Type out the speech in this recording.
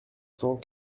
cent